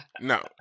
No